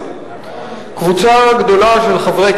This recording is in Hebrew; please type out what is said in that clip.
אבל אפשר,